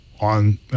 on